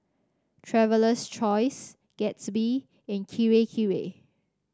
Traveler's Choice Gatsby and Kirei Kirei